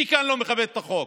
מי כאן לא מכבד את החוק?